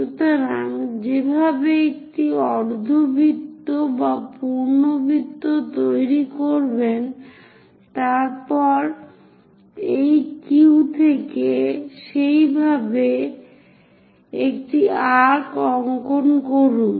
সুতরাং সেভাবে একটি অর্ধবৃত্ত বা পূর্ণ বৃত্ত তৈরি করুন তারপর এই Q থেকে সেই ভাবে একটি আর্ক্ অংকন করুন